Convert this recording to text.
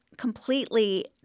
Completely